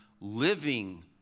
living